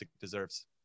deserves